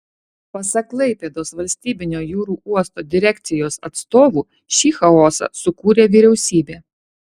pasak klaipėdos valstybinio jūrų uosto direkcijos atstovų šį chaosą sukūrė vyriausybė